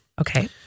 Okay